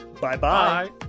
Bye-bye